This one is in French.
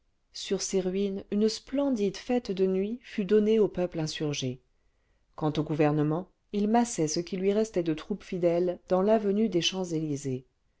sur ses ruines une splendide fête de nuit fut donnée au peuple insurgé quant au gouvernement il massait ce qui lui restait de troupes fidèles dans l'avenue des champs-elysées